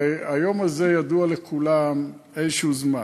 הרי היום הזה ידוע לכולם איזשהו זמן,